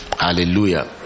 hallelujah